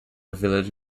village